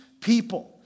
people